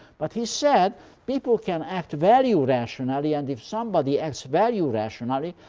but he said people can act value rationally, and if somebody acts value rationally,